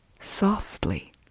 softly